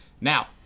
Now